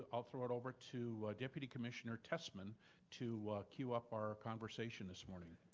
i'll throw it over to deputy commissioner tessman to queue up our conversation this morning.